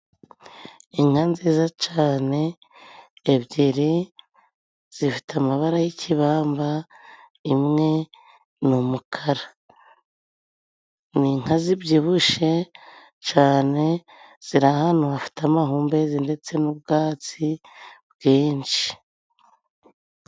Inka nziza cane ebyiri zifite amabara y'ikibamba imwe n'umukara. N'inka zibyibushe cane ziri ahantu hafite amahumbezi ndetse n'ubwatsi bwinshi.